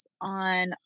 on